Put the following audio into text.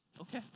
Okay